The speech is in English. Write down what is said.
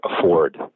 afford